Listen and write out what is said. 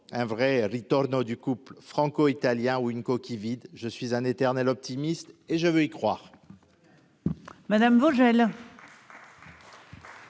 un vrai Return du couple franco-italien ou une coquille vide, je suis un éternel optimiste et je veux y croire.